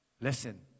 Listen